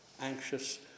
anxious